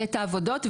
את העבודות,